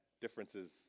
differences